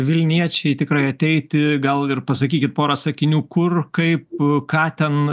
vilniečiai tikrai ateiti gal ir pasakykit porą sakinių kur kaip ką ten